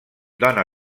dóna